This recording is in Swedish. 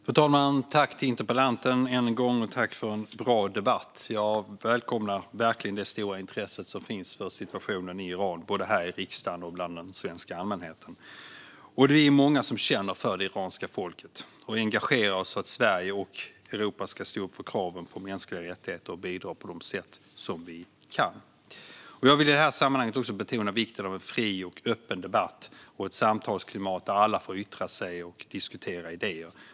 Fru talman! Jag tackar än en gång interpellanten för interpellationen och för en bra debatt. Jag välkomnar verkligen det stora intresse som finns för situationen i Iran både här i riksdagen och bland den svenska allmänheten. Vi är många som känner för det iranska folket och engagerar oss för att Sverige och Europa ska stå upp för kraven på mänskliga rättigheter och bidra på de sätt som vi kan. Jag vill i detta sammanhang också betona vikten av en fri och öppen debatt och ett samtalsklimat där alla får yttra sig och diskutera idéer.